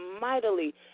mightily